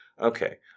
Okay